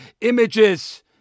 images